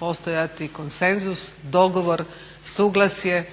postojati konsenzus, dogovor, suglasje